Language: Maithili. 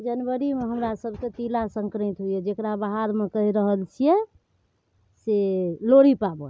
जनवरीमे हमरासभके तिलासन्क्रान्ति होइए जकरा बाहरमे कहि रहल छिए से लोहड़ी पाबनि